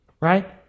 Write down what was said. right